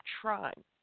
trying